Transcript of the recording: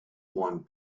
want